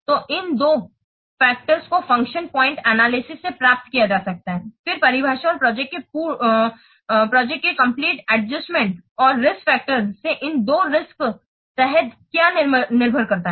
तो इन दो कारकों को फ़ंक्शन पॉइंट एनालिसिस से प्राप्त किया जा सकता है फिर परिभाषा और प्रोजेक्ट के पूर्ण एडजस्टमेंट और रिस्क्स फैक्टर्स से इन दो रिस्क्स तहत क्या निर्भर करता है